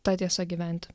ta tiesa gyventi